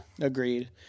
agreed